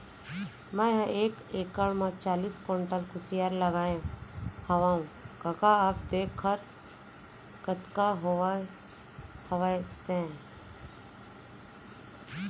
मेंहा एक एकड़ म चालीस कोंटल कुसियार लगाए हवव कका अब देखर कतका होवत हवय ते